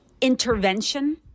intervention